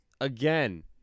Again